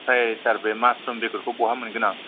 ओमफ्राय सार बे मासरुम बेगरखौ बहा मोनगोन आं